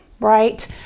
right